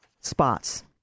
spots